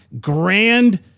grand